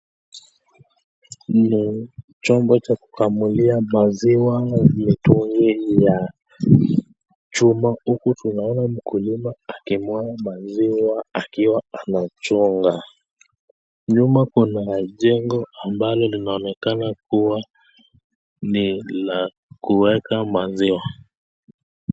kama ambacho kukamulia maziwa hukutunaona mkulima maziwa akichonga nyuma kuna jengo ambalo linaonekana kua ni la kuweka maziwa